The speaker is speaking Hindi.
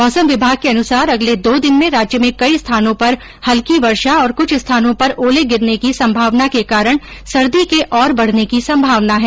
मौसम विभाग के अनुसार अगले दो दिन में राज्य में कई स्थानों पर हल्की वर्षा और कृष्ठ स्थानों पर ओले गिरने की संभावना के कारण सर्दी के और बढ़ने की संभावना है